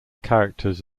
characters